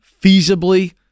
feasibly